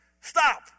stop